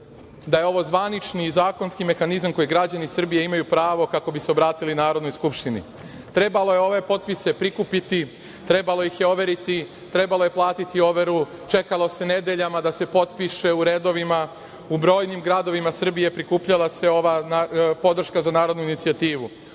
da je ovo zvanični zakonski mehanizam koji građani Srbije imaju pravo kako bi se obratili Narodnoj skupštini. Trebalo je ove potpise prikupiti, trebalo ih je overiti, trebalo je platiti overu. Čekalo se nedeljama da se potpiše u redovima. U brojnim gradovima Srbije prikupljala se ova podrška za Narodnu inicijativu.